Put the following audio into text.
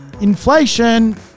inflation